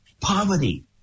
Poverty